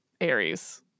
Aries